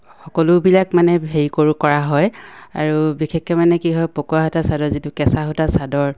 সকলোবিলাক মানে হেৰি কৰোঁ কৰা হয় আৰু বিশেষকৈ মানে কি হয় পকুৱা সূতাৰ চাদৰ যিটো কেঁচা সূতাৰ চাদৰ